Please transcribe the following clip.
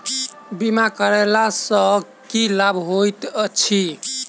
बीमा करैला सअ की लाभ होइत छी?